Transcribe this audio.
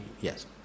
yes